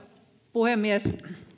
puhemies